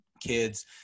kids